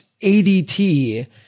ADT